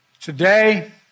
Today